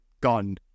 gone